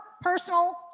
personal